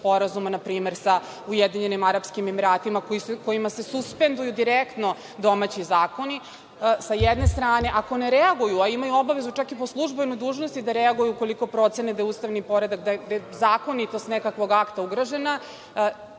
sporazuma, npr. sa Ujedinjenim Arapskim Emiratima, kojima se suspenduju direktno domaći zakoni, s jedne strane, ako ne reaguju, a imaju obavezu čak i po službenoj dužnosti da reaguju ukoliko procene da je zakonitost nekakvog akta ugrožena,